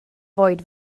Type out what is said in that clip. fwyd